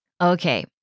Okay